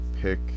pick